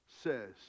says